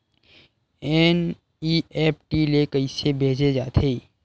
NEFT ले कइसे भेजे जाथे?